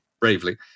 bravely